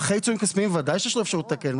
אחרי עיצומים כספיים, ודאי שיש לו אפשרות לתקן.